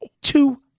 Two